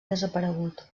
desaparegut